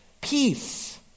peace